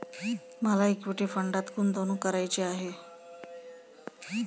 मला इक्विटी फंडात गुंतवणूक करायची आहे